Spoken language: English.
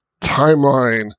timeline